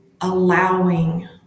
allowing